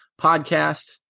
podcast